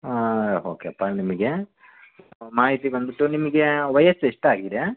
okay ಪ ನಿಮಗೆ ಮಾಹಿತಿ ಬಂದ್ಬಿಟ್ಟು ನಿಮಗೆ ವಯಸ್ಸು ಎಷ್ಟು ಆಗಿದೆ